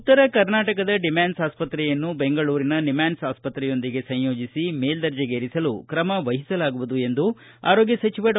ಉತ್ತರ ಕರ್ನಾಟಕದ ಡಿಮ್ಹಾನ್ಸ್ ಆಸ್ಪತ್ರೆಯನ್ನು ಬೆಂಗಳೂರಿನ ನಿಮ್ಹಾನ್ಸ್ ಆಸ್ಪತ್ರೆಯೊಂದಿಗೆ ಸಂಯೋಜಿಸಿ ಮೇಲ್ದರ್ಜೆಗೇರಿಸಲು ಕ್ರಮ ವಹಿಸಲಾಗುವುದು ಎಂದು ಆರೋಗ್ಯ ಸಚಿವ ಡಾ